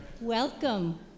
welcome